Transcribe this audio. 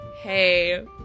hey